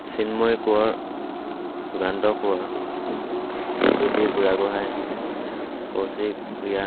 Chinmoy Konwar Juganta Konwar Dwipjyoti Burhagohain Kaushik Bhuyan